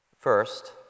First